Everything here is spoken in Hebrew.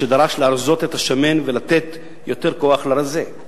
שדרש להרזות את השמן ולתת יותר כוח לרזה?